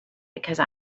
because